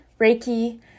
Reiki